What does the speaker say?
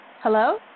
Hello